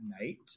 night